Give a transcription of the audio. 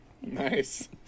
nice